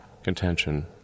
contention